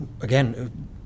Again